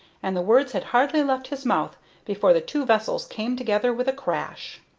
and the words had hardly left his mouth before the two vessels came together with a crash.